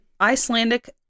Icelandic